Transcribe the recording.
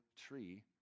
tree